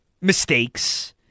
mistakes